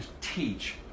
teach